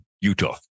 Utah